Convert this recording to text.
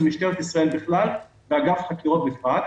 שמטרת ישראל בכלל ובאגף חקירות בפרט,